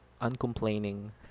uncomplaining